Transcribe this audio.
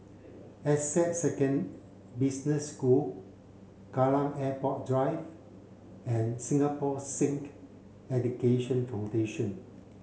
Essec second Business School Kallang Airport Drive and Singapore Sikh Education Foundation